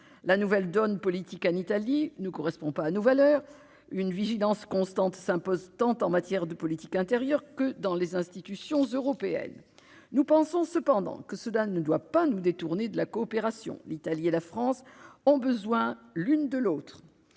la nouvelle donne politique en Italie ne correspond pas à nos valeurs, une vigilance constante s'impose, tant en matière de politique intérieure que dans les institutions européennes nous pensons cependant que ce Dan ne doit pas nous détourner de la coopération, l'Italie et la France ont besoin l'une de l'autre,